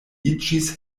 iĝis